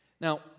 Now